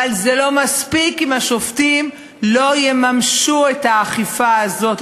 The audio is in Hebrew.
אבל זה לא מספיק אם השופטים לא יממשו את האכיפה הזאת,